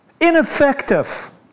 ineffective